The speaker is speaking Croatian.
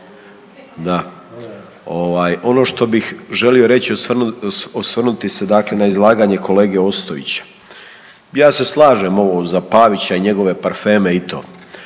Ono što bih želio reći, osvrnuti se dakle na izlaganje kolege Ostojića. Ja se slažem ovo za Pavića i njegove parfeme i to.